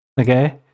okay